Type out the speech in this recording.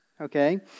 okay